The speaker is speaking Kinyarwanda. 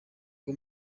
rwo